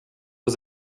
was